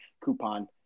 coupon